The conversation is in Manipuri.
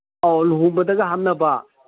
ꯑꯧ ꯂꯨꯍꯣꯡꯕꯗꯒ ꯍꯥꯞꯅꯕ